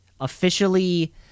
officially